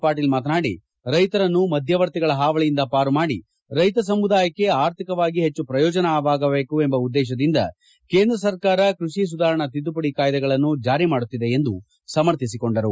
ಪಾಟೀಲ್ ಮಾತನಾಡಿ ರೈತರನ್ನು ಮಧ್ಯವರ್ತಿಗಳ ಹಾವಳಿಯಿಂದ ಪಾರುಮಾಡಿ ರೈತ ಸಮುದಾಯಕ್ಕೆ ಆರ್ಥಿಕವಾಗಿ ಹೆಚ್ಚು ಪ್ರಯೋಜನ ಆಗಬೇಕು ಎಂಬ ಉದ್ದೇಶದಿಂದ ಕೇಂದ್ರ ಸರ್ಕಾರ ಕೃಷಿ ಸುಧಾರಣಾ ತಿದ್ದುಪಡಿ ಕಾಯ್ದೆಗಳನ್ನು ಜಾರಿ ಮಾಡುತ್ತಿದೆ ಎಂದು ಸಮರ್ಥಿಸಿಕೊಂಡರು